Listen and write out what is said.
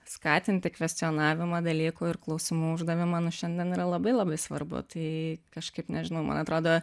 skatinti kvestionavimą dalykų ir klausimų uždavimą na šiandien yra labai labai svarbu tai kažkaip nežinau man atrodo